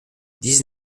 dix